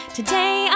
Today